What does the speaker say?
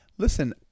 Listen